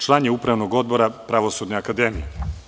Član je Upravnog odbora Pravosudne akademije.